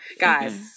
guys